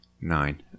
Nine